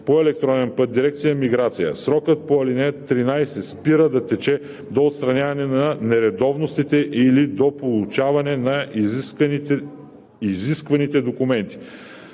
по електронен път дирекция „Миграция“. Срокът по ал. 13 спира да тече до отстраняване на нередовностите или до получаване на изискваните документи.